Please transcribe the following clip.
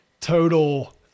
total